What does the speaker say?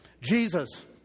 Jesus